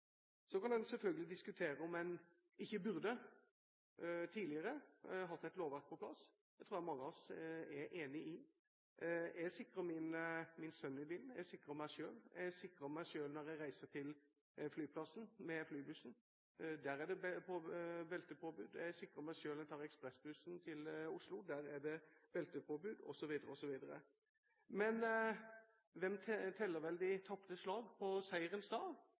Så kan en selvfølgelig diskutere om en ikke burde hatt et lovverk på plass tidligere. Det tror jeg mange av oss er enig i. Jeg sikrer min sønn i bil, jeg sikrer meg selv. Jeg sikrer meg selv når jeg reiser til flyplassen med flybussen, der er det beltepåbud. Jeg sikrer meg selv når jeg tar ekspressbussen til Oslo, der er det beltepåbud, osv. Men hvem teller vel de tapte slag på seierens